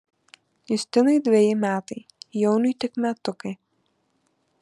justinui dveji metai jauniui tik metukai